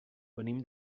venim